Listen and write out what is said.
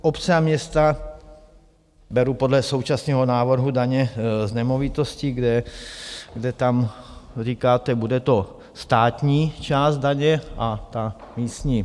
Obce a města beru podle současného návrhu daně z nemovitostí, kde říkáte, bude to státní část daně a ta místní.